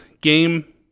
game